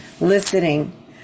listening